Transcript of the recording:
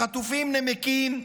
החטופים נמקים,